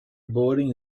boarding